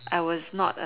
I was not